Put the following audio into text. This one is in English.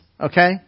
Okay